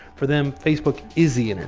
for them, facebook is the and and